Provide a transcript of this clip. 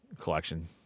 collection